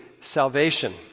salvation